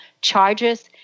charges